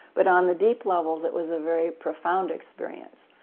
but on the deep levels it was a very profound experience.